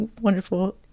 wonderful